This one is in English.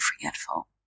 forgetful